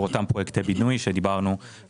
אנחנו לא רוצים,